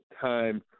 time